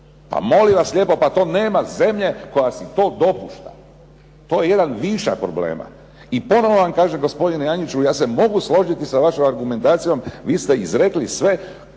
Pa molim vas lijepo! Pa to nema zemlje koja si to dopušta. To je jedan višak problema. I ponovo vam kažem gospodine Janjiću ja se mogu složiti sa vašom argumentacijom. Vi ste izrekli sve